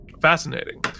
fascinating